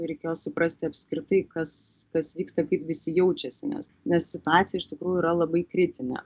reikėjo suprasti apskritai kas kas vyksta kaip visi jaučiasi nes nes situacija iš tikrųjų yra labai kritinė